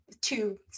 two